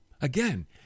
Again